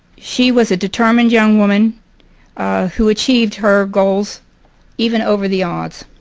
she was a determined young woman who achieved her goals even over the odds.